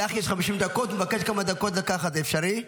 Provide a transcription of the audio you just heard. לך יש 50 דקות, הוא מבקש כמה דקות לקחת, זה אפשרי?